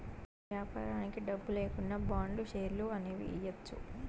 వ్యాపారానికి డబ్బు లేకుండా బాండ్లు, షేర్లు అనేవి ఇయ్యచ్చు